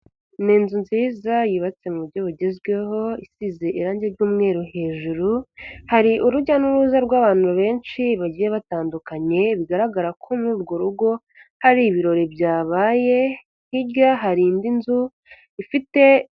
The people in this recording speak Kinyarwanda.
Ni inzu nziza yubatse mu buryo bugezweho, isize irangi ry'umweru hejuru, hari urujya n'uruza rw'abantu benshi bagiye batandukanye, bigaragara ko muri urwo rugo hari ibirori byabaye, hirya hari indi nzu ifite...